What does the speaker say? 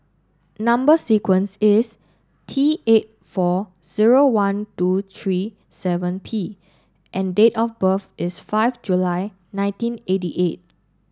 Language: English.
number sequence is T eight four zero one two three seven P and date of birth is five July nineteen eighty eight